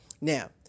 Now